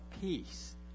peace